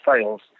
sales